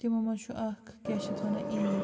تِمو منٛز چھُ اَکھ کیٛاہ چھِ اَتھ وَنان عیٖد